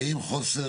האם החוסר